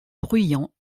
bruyant